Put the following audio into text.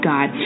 God